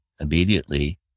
immediately